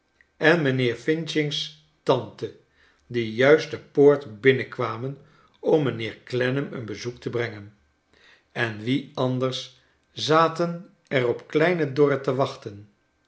en mijnheer f's lante die juist de poort binnenkwamen om mijnheer clennam een bezoek te brengen en wie anders zaten er op kleine dorrit te wachten